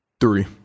Three